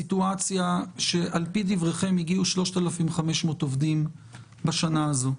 בסיטואציה שבה הגיעו לארץ 3,500 עובדים בשנה הזאת.